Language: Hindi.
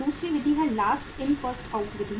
दूसरी विधि है last in first out Vidhi